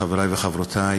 חברי וחברותי,